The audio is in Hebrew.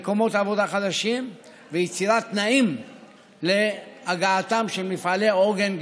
מקומות עבודה חדשים ויצירת תנאים להגעתם של מפעלי עוגן גדולים,